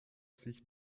sich